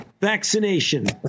vaccination